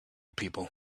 people